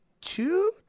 two